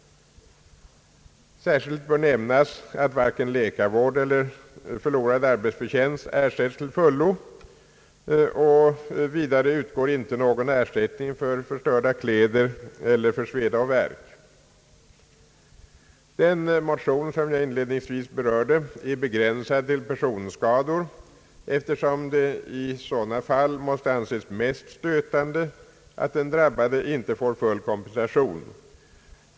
Särskilt bör nämnas att varken läkarvård eller förlorad arbetsförtjänst ersätts till fullo, och vidare utgår inte ersättning för förstörda kläder eller för sveda och värk. Den motion jag inledningsvis berörde är begränsad till personskador, eftersom det i sådana fall måste anses mest stötande att den drabbade inte får full kompensation.